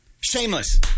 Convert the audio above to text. Shameless